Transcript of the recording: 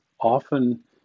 often